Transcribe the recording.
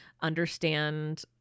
understand